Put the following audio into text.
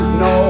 no